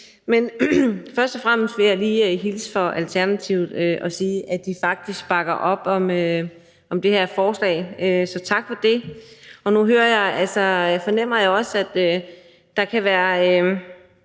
engageret. Først vil jeg lige hilse fra Alternativet og sige, at de faktisk bakker op om det her forslag – så tak for det. Og nu fornemmer jeg også, at der måske kan være